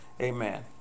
Amen